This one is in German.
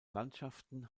landschaften